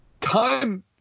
Time